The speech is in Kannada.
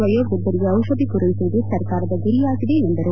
ವಯೋವೃದ್ಧರಿಗೆ ದಿಷಧಿ ಪೂರೈಸುವುದು ಸರ್ಕಾರದ ಗುರಿಯಾಗಿದೆ ಎಂದರು